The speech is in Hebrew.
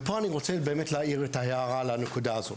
ופה אני באמת רוצה להעיר את ההערה על הנקודה הזאת.